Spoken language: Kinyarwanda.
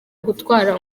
gutwara